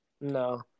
No